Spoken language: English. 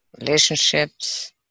relationships